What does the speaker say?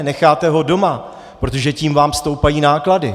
Necháte ho doma, protože tím vám stoupají náklady.